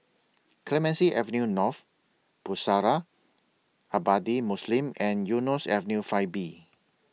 Clemenceau Avenue North Pusara Abadi Muslim and Eunos Avenue five B